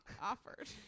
offered